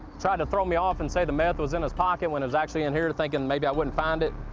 tried to throw me off and say the meth was in his pocket when it was actually in here, thinking maybe i wouldn't find it.